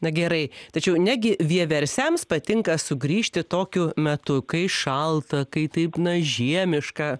na gerai tačiau negi vieversiams patinka sugrįžti tokiu metu kai šalta kai taip na žiemiška